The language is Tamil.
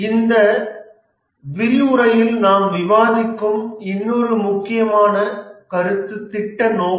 இந்த விரிவுரையில் நாம் விவாதிக்கும் இன்னொரு முக்கியமான கருத்து திட்ட நோக்கம்